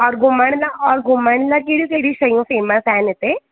और घुमण लाइ और घुमण लाइ कहिड़ियूं कहिड़ियूं शयूं फेम्स आहिनि हिते